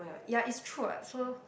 oh ya it's true [what] so